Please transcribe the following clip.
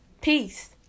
peace